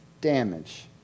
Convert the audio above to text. damage